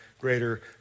greater